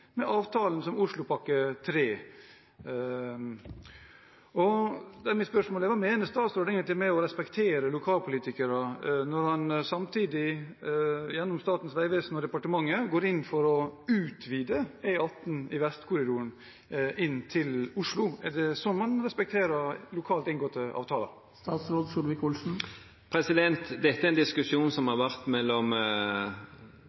med avtalen om Oslopakke 3. Da er mitt spørsmål: Hva mener statsråden egentlig med å respektere lokalpolitikere, når han samtidig – gjennom Statens vegvesen og departementet – går inn for å utvide E18 Vestkorridoren inn til Oslo? Er det sånn man respekterer lokalt inngåtte avtaler? Dette er en diskusjon som